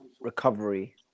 recovery